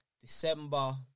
December